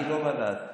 אני לא בא להטיף,